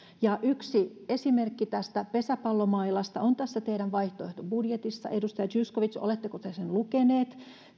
asemaa yksi esimerkki tästä pesäpallomailasta on tässä teidän vaihtoehtobudjetissanne edustaja zyskowicz oletteko te sen lukenut